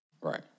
Right